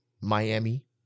Miami